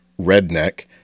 redneck